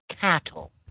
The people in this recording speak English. cattle